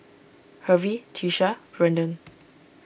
Hervey Tiesha Brendan